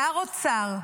שר האוצר,